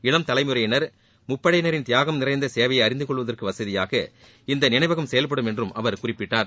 இளம் தலைமுறையினர் முப்படையினரின் தியாகம் நிறைந்த சேவையை அறிந்துகொள்வதற்கு வசதியாக இந்த நினைவகம் செயல்படும் என்றும் அவர் குறிப்பிட்டார்